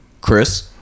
chris